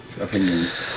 opinions